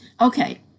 Okay